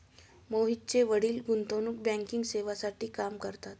मोहितचे वडील गुंतवणूक बँकिंग सेवांसाठी काम करतात